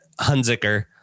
Hunziker